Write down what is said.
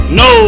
no